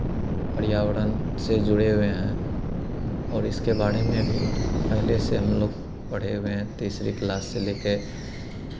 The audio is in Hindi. पर्यावरण से जुड़े हुए हैं और इसके बारे में भी पहले से हम लोग पढ़े हुए हैं तीसरी क्लास से ले के